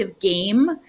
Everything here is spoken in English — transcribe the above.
game